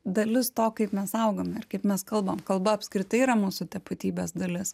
dalis to kaip mes augom ir kaip mes kalbam kalba apskritai yra mūsų tapatybės dalis